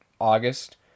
August